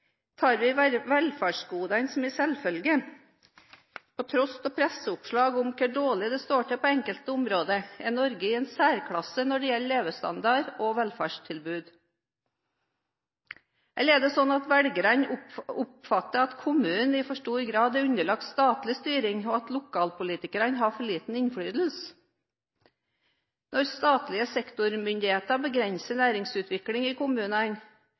Tar vi velferdsgodene som en selvfølge? På tross av presseoppslag om hvor dårlig det står til på enkelte områder, er Norge i en særklasse når det gjelder levestandard og velferdstilbud. Er det sånn at velgerne oppfatter at kommunene i for stor grad er underlagt statlig styring, og at lokalpolitikerne har for liten innflytelse? Når statlige sektormyndigheter begrenser næringsutvikling i kommunene,